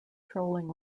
trolling